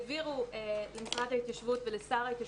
העבירו למשרד ההתיישבות ולשר ההתיישבות,